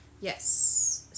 yes